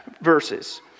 verses